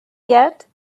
yet